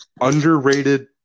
Underrated